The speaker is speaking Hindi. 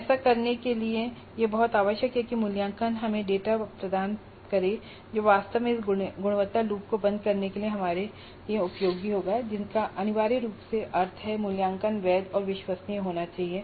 ऐसा करने के लिए यह बहुत आवश्यक है कि मूल्यांकन हमें डेटा प्रदान करे जो वास्तव में इस गुणवत्ता लूप को बंद करने के लिए हमारे लिए उपयोगी है जिसका अनिवार्य रूप से अर्थ है कि मूल्यांकन वैध और विश्वसनीय होना चाहिए